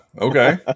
okay